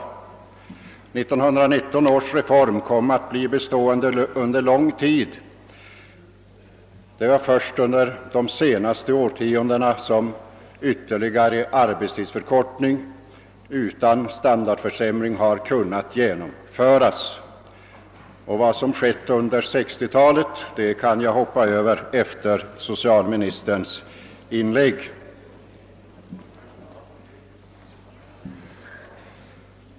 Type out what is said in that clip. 1919 års reform kom att bli bestående under lång tid — det är först under de senaste årtiondena som ytterligare arbetstidsförkortning utan standardförsämring har kunnat genomföras. Vad som har skett under 1960-talet kan jag gå förbi efter socialministerns inlägg här.